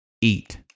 eat